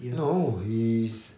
no he's